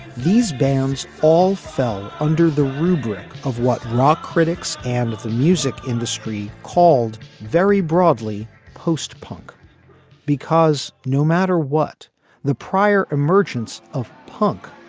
these bands all fell under the rubric of what rock critics and the music industry called very broadly post punk because no matter what the prior emergence emergence of punk.